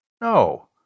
No